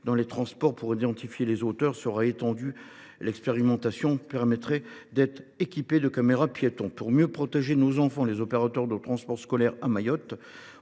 dans les transports pour identifier les auteurs d’infractions sera étendue, et une expérimentation leur permettra d’être équipés de caméras piétons. Pour mieux protéger nos enfants, les opérateurs de transport scolaire à Mayotte